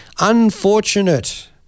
unfortunate